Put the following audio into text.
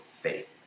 faith